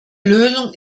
lösung